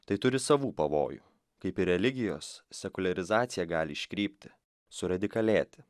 tai turi savų pavojų kaip ir religijos sekuliarizacija gali iškrypti suradikalėti